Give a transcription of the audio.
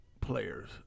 players